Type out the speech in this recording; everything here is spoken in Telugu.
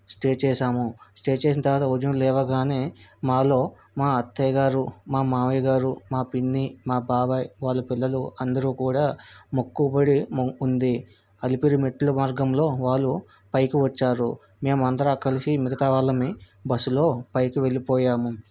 స్టే చేసాము స్టేట్ చేసిన తర్వాత ఉదయం లేవగానే మాలో మా అత్తయ్య గారు మా మామయ్య గారు మా పిన్ని మా బాబాయ్ వాళ్ళ పిల్లలు అందరూ కుడా మొక్కుబడి ము ఉంది అలిపిరి మెట్లు మార్గంలో వాళ్ళు పైకి వచ్చారు మేమందర కలిసి మిగతా వాళ్ళమే బస్సులో పైకి వెళ్ళిపోయాము